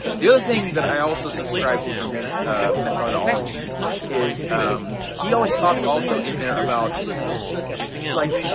the other thing that i also subscribe to from his methodology is he always talks also in there about like,